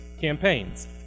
campaigns